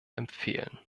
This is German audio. empfehlen